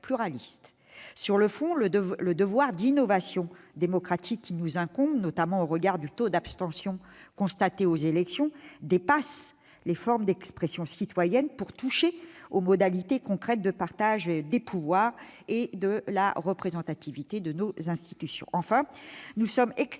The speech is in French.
Sur le fond, le devoir d'innovation démocratique qui nous incombe, notamment au regard du taux d'abstention constaté aux élections, dépasse les formes d'expression citoyenne pour toucher aux modalités concrètes de partage des pouvoirs et de représentativité de nos institutions. Enfin, nous sommes extrêmement